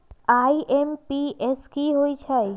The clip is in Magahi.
आई.एम.पी.एस की होईछइ?